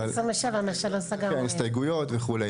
הסתייגויות וכולי.